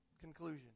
conclusion